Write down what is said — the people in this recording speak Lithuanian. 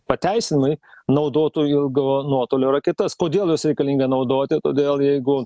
pateisinamai naudotų ilgo nuotolio raketas kodėl jos reikalinga naudoti todėl jeigu